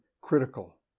critical